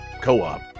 co-op